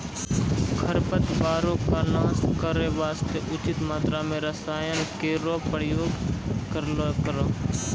खरपतवारो क नाश करै वास्ते उचित मात्रा म रसायन केरो प्रयोग करलो करो